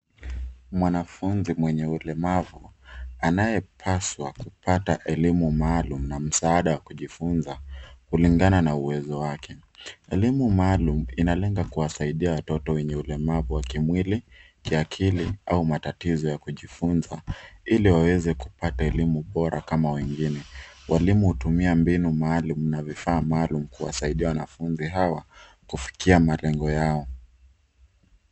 Mwanafunzi mwenye ulemavu anayepaswa kupata elimu maalumu na msaada wa kujifunza kulingana na uwezo wake. Elimu maalumu inalenga kuwasaidia watoto wenye ulemavu wa kimwili, kiakili au matatizo ya kujifunza ili waweze kupata elimu bora kama wengine. Walimu hutumia mbinu maalumu na vifaa maalum kuwasaidia wanafunzi hawa kufikia malengo yao.